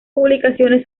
publicaciones